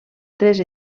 tres